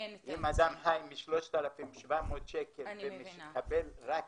אם אדם חי מ-3,700 שקל ומקבל רק